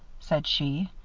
said she.